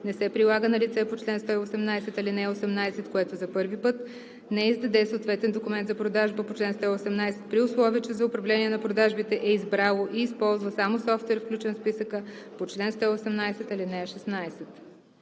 не се прилага на лице по чл. 118, ал. 18, което за първи път не издаде съответен документ за продажба по чл. 118, при условие че за управление на продажбите е избрало и използва само софтуер, включен в списъка по чл. 118, ал. 16.“